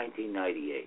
1998